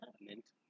Mint